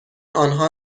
آنها